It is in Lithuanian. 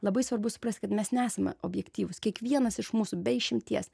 labai svarbu suprasti kad mes nesame objektyvūs kiekvienas iš mūsų be išimties